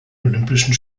olympischen